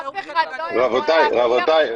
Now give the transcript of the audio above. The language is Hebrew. רבותיי,